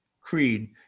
creed